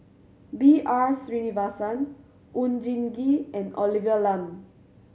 B R Sreenivasan Oon Jin Gee and Olivia Lum